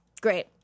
great